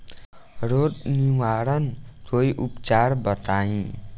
रोग निवारन कोई उपचार बताई?